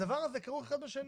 הדבר הזה כרוך האחד בשני.